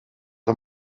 een